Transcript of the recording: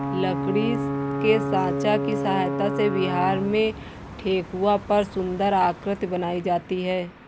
लकड़ी के साँचा की सहायता से बिहार में ठेकुआ पर सुन्दर आकृति बनाई जाती है